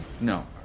No